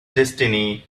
destiny